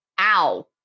ow